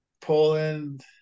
Poland